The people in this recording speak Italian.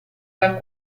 dal